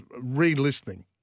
re-listening